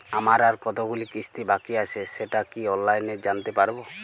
আমার আর কতগুলি কিস্তি বাকী আছে সেটা কি অনলাইনে জানতে পারব?